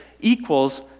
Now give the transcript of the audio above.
equals